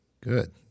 good